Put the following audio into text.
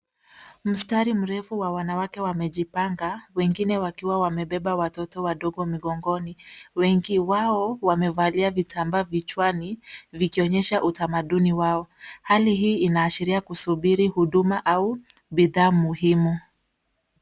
Mstari mrefu wa wanawake wamejipanga wengine wakiwa wamebeba watoto wadogo migongoni. Wengi wao wamevalia vitambaa vichwani vikionyesha utamaduni wao. Hali hii inaashiria kusubiri huduma au bidhaa muhimu.